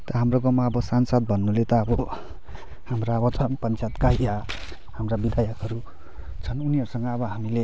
त हाम्रो गाउँमा अब सांसद भन्नुले त अब हाम्रो अब छन् पञ्चायतका या हाम्रो विधायकहरू छन् उनीहरूसँग हामीले